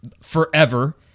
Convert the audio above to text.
forever